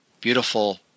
beautiful